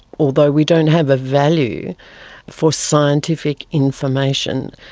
although we don't have a value for scientific information,